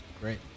great